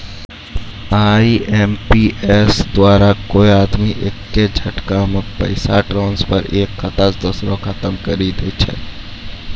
IMPS द्वारा कोय आदमी एक्के झटकामे पैसा ट्रांसफर एक खाता से दुसरो खाता मे करी दै छै